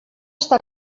està